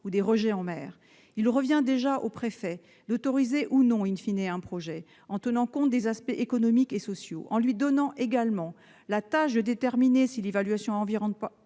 ou des rejets en mer. Il revient déjà au préfet d'autoriser ou non un projet, en tenant compte des aspects économiques et sociaux. En lui confiant également la tâche de déterminer si une évaluation environnementale